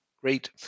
Great